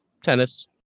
Tennis